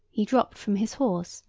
he dropped from his horse,